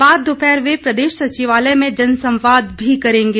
बाद दोपहर वे प्रदेश सचिवालय में जनसंवाद भी करेंगे